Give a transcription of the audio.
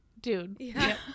Dude